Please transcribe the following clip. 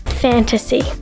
Fantasy